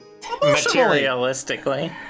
...materialistically